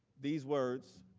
these words